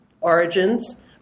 origins